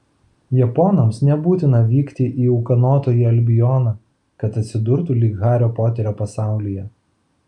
japonams nebūtina vykti į ūkanotąjį albioną kad atsidurtų lyg hario poterio pasaulyje